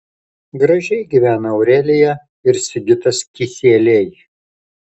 gražiai gyvena aurelija ir sigitas kisieliai